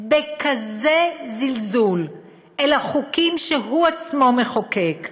בכזה זלזול לחוקים שהוא עצמו מחוקק,